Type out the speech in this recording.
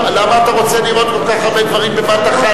למה אתה רוצה לראות כל כך הרבה דברים בבת-אחת?